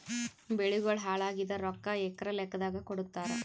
ಬೆಳಿಗೋಳ ಹಾಳಾಗಿದ ರೊಕ್ಕಾ ಎಕರ ಲೆಕ್ಕಾದಾಗ ಕೊಡುತ್ತಾರ?